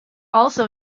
also